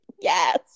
yes